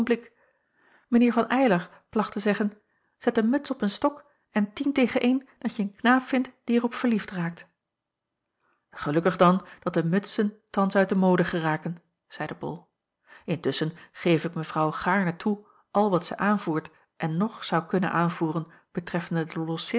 mijn heer van eylar placht te zeggen zet een muts op een stok en tien tegen een dat je een knaap vindt die er op verliefd raakt gelukkig dan dat de mutsen thans uit de mode geraken zeide bol intusschen geef ik mevrouw gaarne toe al wat zij aanvoert en nog zou kunnen aanvoeren betreffende de